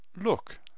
Look